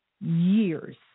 years